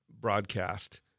broadcast